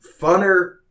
funner